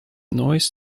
noise